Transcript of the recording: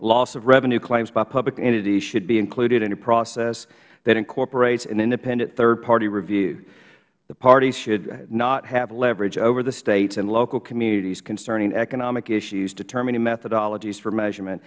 loss of revenue claims by public entities should be included in a process that incorporates an independent thirdparty review the parties should not have leverage over the states and local communities concerning economic issues determining methodologies for measurement